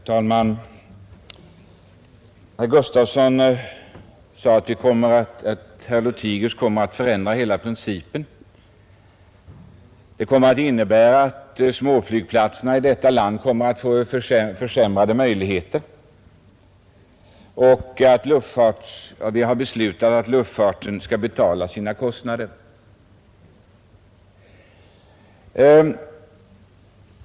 Herr talman! Herr Gustafson i Göteborg sade att herr Lothigius vill förändra hela principen vid den 1967 gjorda överenskommelsen och att det skulle innebära att förhållandena för småflygplatserna i detta land försämras. Han hänvisade också till att vi har beslutat att luftfarten skall betala sina egna kostnader.